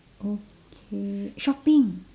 okay shopping